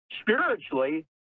spiritually